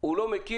הוא לא מכיר,